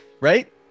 right